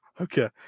Okay